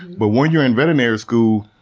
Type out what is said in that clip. but when you're in veterinary school